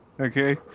Okay